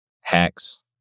hacks